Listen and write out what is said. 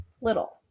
little